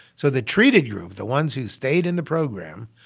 so the treated group the ones who stayed in the program,